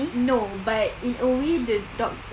no but in a way the doctors